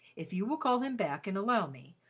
if you will call him back and allow me,